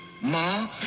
Ma